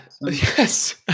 Yes